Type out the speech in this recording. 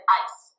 ice